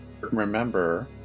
Remember